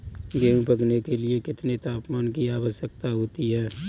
गेहूँ पकने के लिए कितने तापमान की आवश्यकता होती है?